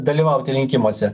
dalyvauti rinkimuose